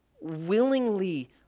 willingly